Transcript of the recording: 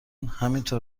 همینطور